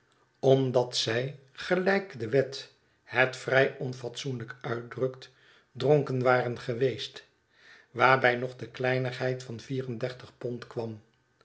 omdat zij gelijk de wet het vrij onfatsoenlijk uitdrukt dronken waren geweest waarbij nog de kleinigheid van vier en dertig pond kwam